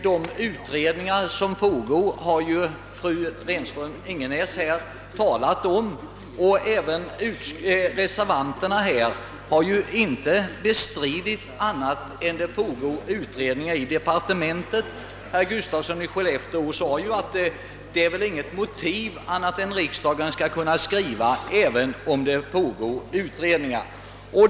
De utredningar som pågår har fru Renström-Ingenäs talat om. Reservanterna har inte heller bestridit att det pågår utredningar i departementet. Herr Gustafsson i Skellefteå sade ju att det inte finns något motiv för att inte riksdagen skulle kunna skriva till Kungl. Maj:t även om det pågår utredningar.